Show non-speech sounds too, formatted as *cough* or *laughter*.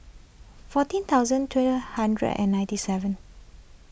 fourteen thousand *unintelligible* hundred and ninety seven